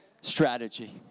strategy